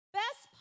best